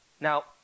Now